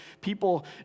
people